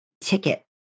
ticket